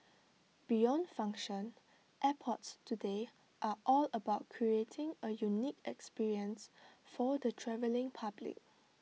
beyond function airports today are all about creating A unique experience for the travelling public